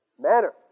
Manner